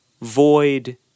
void